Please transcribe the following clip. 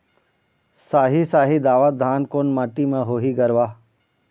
साही शाही दावत धान कोन माटी म होही गरवा?